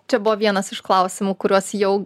čia buvo vienas iš klausimų kuriuos jau